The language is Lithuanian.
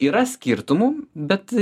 yra skirtumų bet